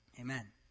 amen